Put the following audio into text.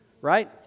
Right